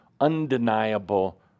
undeniable